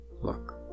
Look